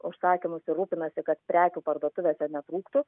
užsakymus ir rūpinasi kad prekių parduotuvėse netrūktų